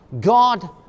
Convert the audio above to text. God